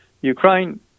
ukraine